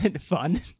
fun